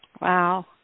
Wow